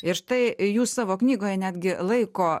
ir štai jūs savo knygoje netgi laiko